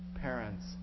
parents